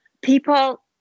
people